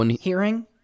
hearing